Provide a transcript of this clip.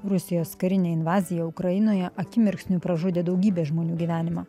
rusijos karinė invazija ukrainoje akimirksniu pražudė daugybės žmonių gyvenimą